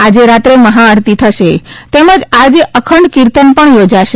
આજે રાત્રે મહાઆરતી થશે તેમજ આજે અખંડ કિતર્ન પણ યોજાશે